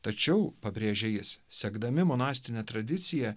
tačiau pabrėžia jis sekdami monastine tradicija